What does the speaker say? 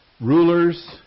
Rulers